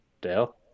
Dale